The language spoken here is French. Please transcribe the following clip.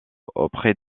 auprès